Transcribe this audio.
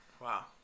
Wow